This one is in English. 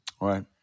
right